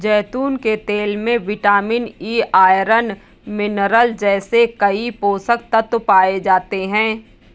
जैतून के तेल में विटामिन ई, आयरन, मिनरल जैसे कई पोषक तत्व पाए जाते हैं